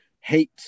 hate